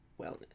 wellness